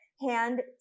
Hand